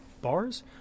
bars